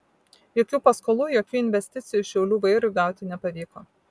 jokių paskolų jokių investicijų šiaulių vairui gauti nepavyko